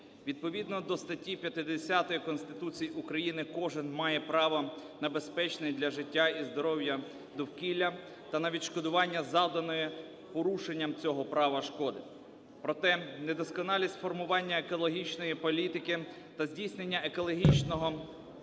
Відповідно до статті 50 Конституції України кожен має право на безпечний для життя і здоров'я довкілля та на відшкодування завданої порушенням цього права шкоди. Проте недосконалість формування екологічної політики та здійснення екологічного управління,